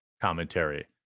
commentary